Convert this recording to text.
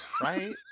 right